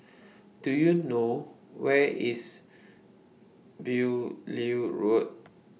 Do YOU know Where IS Beaulieu Road